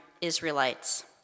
Israelites